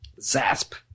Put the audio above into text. Zasp